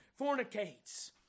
fornicates